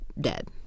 dead